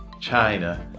China